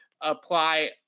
apply